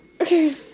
Okay